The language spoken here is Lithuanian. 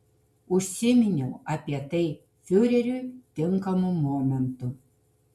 užsiminiau apie tai fiureriui tinkamu momentu